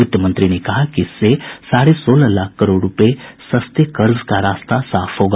वित्त मंत्री ने कहा कि इससे साढ़े सोलह लाख करोड़ रूपये सस्ते कर्ज का रास्ता साफ होगा